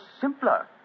simpler